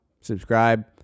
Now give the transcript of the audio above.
subscribe